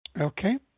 Okay